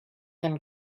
can